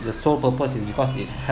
the sole purpose is because it